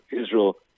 Israel